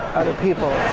out. people.